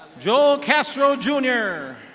jole kessroll junior.